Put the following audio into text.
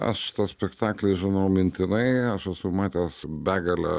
aš tuos spektaklius žinau mintinai aš esu matęs begalę